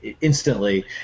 instantly